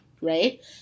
right